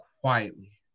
quietly